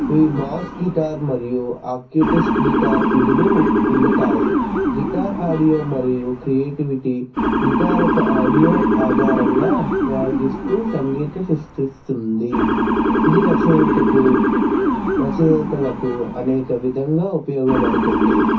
ఇది bass guitar మరియు acoustic guitar విధులు ఉండతాయి గిటార్ ఆడియో మరియు క్రియేటివిటీ గిటార్ ఒక ఆడియో ఆధారంగా ప్రయోగిస్తూ సంగీత సృష్టిస్తుంది ఇది రచయితకు రచయితలకు అనేక విధంగా ఉపయోగపడుతుంది